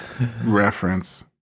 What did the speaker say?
reference